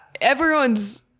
Everyone's